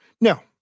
Now